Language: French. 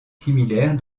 similaire